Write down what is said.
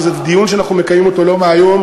כי זה דיון שאנחנו מקיימים לא מהיום,